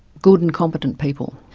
good and competent people.